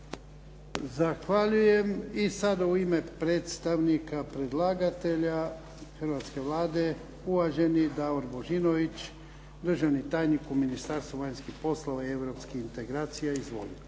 Zahvaljujem. I sada u ime predstavnika predlagatelja hrvatske Vlade uvaženi Davor Božinović državni tajnik u Ministarstvu vanjskih poslova i europskih integracija. Izvolite.